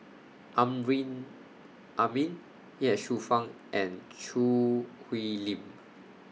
Amrin Amin Ye Shufang and Choo Hwee Lim